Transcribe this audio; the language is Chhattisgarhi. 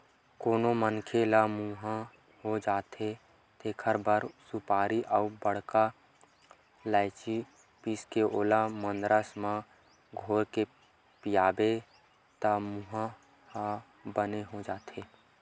कोनो मनखे ल मुंहा हो जाथे तेखर बर सुपारी अउ बड़का लायची पीसके ओला मंदरस म घोरके पियाबे त मुंहा ह बने हो जाथे